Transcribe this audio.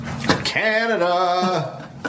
canada